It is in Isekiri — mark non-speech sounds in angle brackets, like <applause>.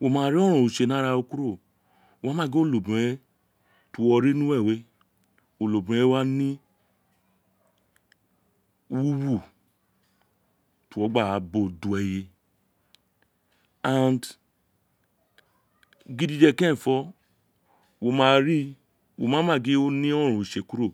wo ma ri oronron utse ni araro kuro wo ma gin onobiren we ti uwo ri ni uwere we onobiren wa ni wu wu ti uwo gba bo do eye <unintelligible> gidije kerenfo wo ma ri wo wa ma gin o ne oronron utse kuro.